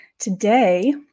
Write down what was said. Today